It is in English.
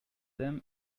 them